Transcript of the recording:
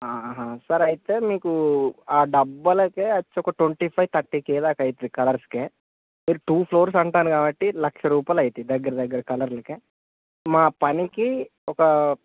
హా సార్ అయితే మీకు ఆ డబ్బాలకే వచ్చి ఒక ట్వెంటీ ఫైవ్ థర్టీ కే దాకా అవుతుంది కలర్స్కే మీరు టూ ఫ్లోర్స్ అంటున్నారు కాబట్టి లక్ష రూపాయలు అవుతాయి దగ్గరదగ్గర కలర్లకే మా పనికి ఒక